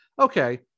okay